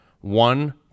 one